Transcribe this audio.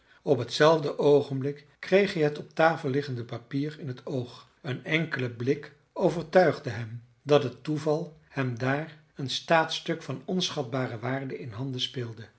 op hetzelfde oogenblik kreeg hij het op tafel liggende papier in het oog een enkele blik overtuigde hem dat het toeval hem daar een staatsstuk van onschatbare waarde in handen speelde